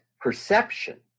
perception